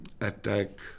attack